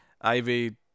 Ivy